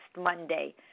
Monday